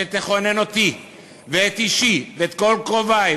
שתחונן אותי ואת אישי ואת כל קרובי,